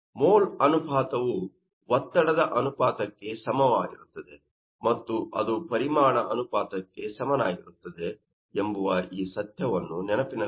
mole ಅನುಪಾತವು ಒತ್ತಡದ ಅನುಪಾತಕ್ಕೆ ಸಮಾನವಾಗಿರುತ್ತದೆ ಮತ್ತು ಅದು ಪರಿಮಾಣ ಅನುಪಾತಕ್ಕೆ ಸಮನಾಗಿರುತ್ತದೆ ಎಂಬುವ ಈ ಸತ್ಯವನ್ನು ನೆನಪಿನಲ್ಲಿಡಿ